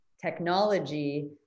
technology